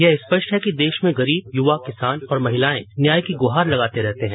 यह स्पष्ट है कि देश में गरीब युवा किसान और महिलाएं न्याय की गुहार लगाते रहते हैं